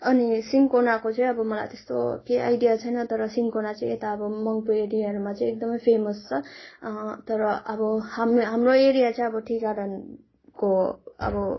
अनि सिन्कोनाको चाहिँ अब मलाई त्यस्तो कही आइडिया छैन तर सिन्कोना चाहिँ यता अब मङ्गपु एरियाहरूमा चाहिँ एकदमै फेमस छ तर अब हाम्रो हाम्रो एरिया चाहिँ अब टी गार्डनको अब